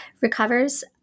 recovers